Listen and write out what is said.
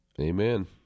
Amen